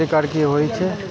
Credit card की होई छै?